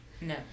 No